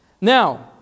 Now